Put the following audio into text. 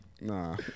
Nah